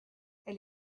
elle